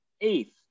eighth